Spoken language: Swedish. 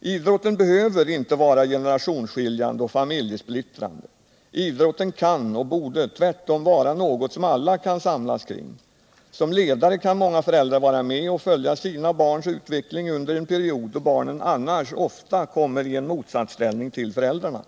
Idrotten behöver inte vara generationsskiljande och familjesplittrande. Idrotten kan och borde vara något som alla kan samlas kring, och som ledare kan många föräldrar vara med och följa sina barns utveckling under en period då barnen annars ofta kommer i en motsatsställning till föräldrarna.